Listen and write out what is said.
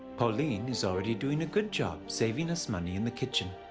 pauline is already doing a good job saving us money in the kitchen.